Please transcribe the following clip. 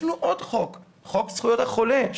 יש לנו עוד חוק: חוק זכויות החולה,